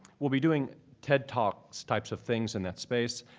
we'll be doing ted talks types of things in that space.